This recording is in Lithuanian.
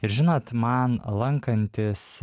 ir žinot man lankantis